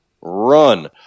run